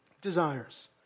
desires